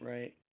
Right